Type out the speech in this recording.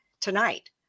tonight